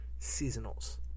seasonals